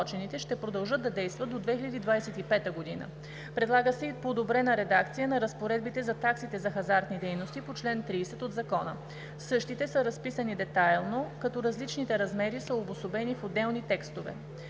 Предлага се и подобрена редакция на разпоредбите за таксите за хазартни дейности по чл. 30 от Закона. Същите са разписани детайлно, като различните размери са обособени в отделни текстове.